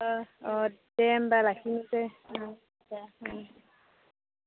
अ अ दे होनबा लाखिनोसै ओं दे ओं